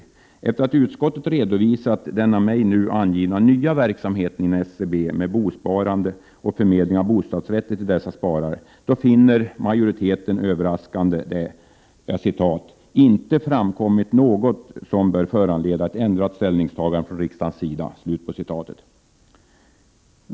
Efter det att utskottet redovisat den av mig nu angivna nya verksamheten i SBC med bosparande och förmedling av bostadsrätter till bosparare, finner majoriteten överraskande att det ”inte framkommit något som bör föranleda ett ändrat ställningstagande från riksdagen”.